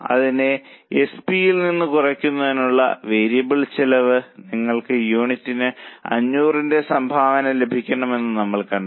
അതിനാൽ എസ്പി യിൽ നിന്ന് കുറയ്ക്കുന്നതിനുള്ള വേരിയബിൾ ചെലവ് നിങ്ങൾക്ക് യൂണിറ്റിന് 500 ന്റെ സംഭാവന ലഭിക്കുമെന്ന് നമ്മൾ കണ്ടു